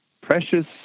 precious